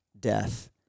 death